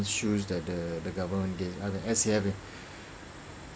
shoes that the the government gave